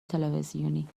تلویزیونی